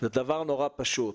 דבר מאוד פשוט.